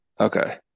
Okay